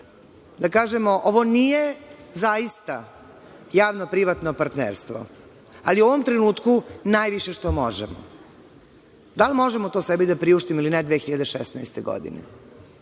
da kažemo – ovo nije zaista javno-privatno partnerstvo, ali je u ovom trenutku najviše što možemo? Da li možemo sebi to da priuštimo ili ne 2016. godine